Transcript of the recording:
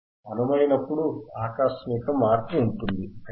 ideal filter ఉన్నప్పుడు మాత్రమే ఆకస్మిక మార్పు ఉంటుంది